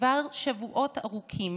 כבר שבועות ארוכים.